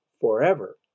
forever